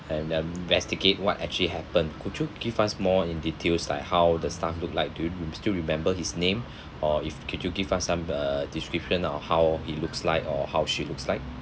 and um investigate what actually happened could you give us more in details like how the staff looked like do you still remember his name or if could you give us some uh description on how he looks like or how she looks like